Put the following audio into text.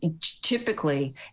typically